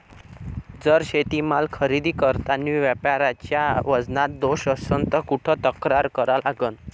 जर शेतीमाल खरेदी करतांनी व्यापाऱ्याच्या वजनात दोष असन त कुठ तक्रार करा लागन?